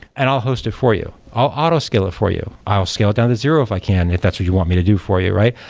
and i'll host it for you. i'll auto-scale it for you. i'll scale it down to zero if i can, if that's what you want me to do for you, right?